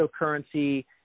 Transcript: cryptocurrency